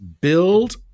build